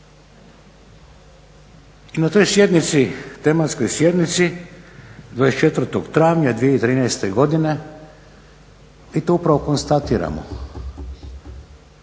I na toj sjednici, tematskoj sjednici 24. travnja 2013. godine mi to upravo konstatiramo.